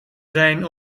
zijn